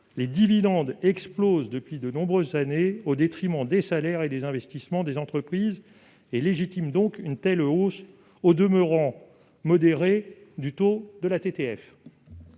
les dividendes explosent depuis de nombreuses années au détriment des salaires et des investissements des entreprises, ce qui légitime une telle hausse, au demeurant modérée, du taux de cette